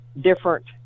different